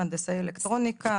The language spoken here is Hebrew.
הנדסאי אלקטרוניקה,